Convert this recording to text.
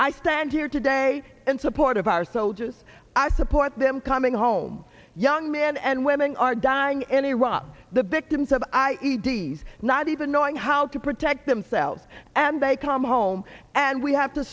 i stand here today and support of our soldiers i support them coming home young men and women are dying in iraq the victims of i e d disease not even knowing how to protect themselves and they come home and we have to